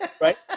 right